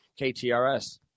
KTRS